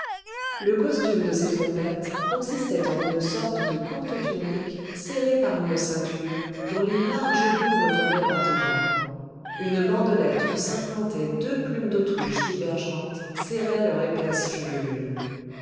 le costume de ces trompettes consistait en une sorte de courte tunique serrée par une ceinture dont les larges bouts retombaient par-devant une bandelette où s'implantaient deux plumes d'autruche divergentes serrait leur épaisse chevelure